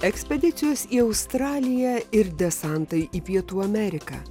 ekspedicijos į australiją ir desantai į pietų ameriką